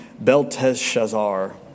Belteshazzar